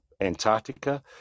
Antarctica